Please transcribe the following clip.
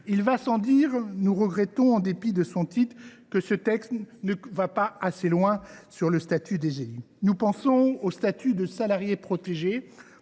Il va sans dire que nous regrettons que, en dépit de son titre, ce texte n’aille pas assez loin sur le statut des élus. Nous pensons au statut de salarié protégé,